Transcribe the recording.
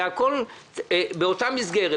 זה הכול באותה מסגרת.